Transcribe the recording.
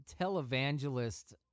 televangelist